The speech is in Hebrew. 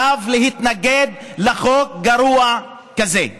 עליו להתנגד לחוק גרוע כזה.